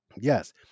yes